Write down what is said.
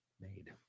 made